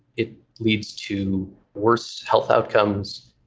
it leads to worse health outcomes,